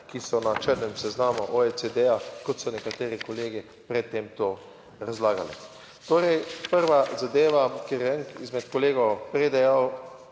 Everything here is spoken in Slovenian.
ki so na črnem seznamu OECD, kot so nekateri kolegi pred tem to razlagali. Torej prva zadeva, kjer je eden izmed kolegov prej dejal,